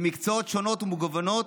במקצועות שונים ומגוונים: